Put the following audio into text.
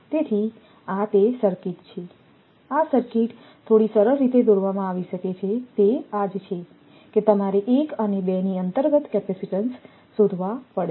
તેથી આ તે સર્કિટ છે આ સર્કિટ થોડી સરળ રીતે દોરવામાં આવી શકે છે તે આ જ છે કે તમારે 1 અને 2 ની અંતર્ગત કેપેસિટીન્સ શોધવા પડશે